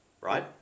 right